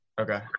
Okay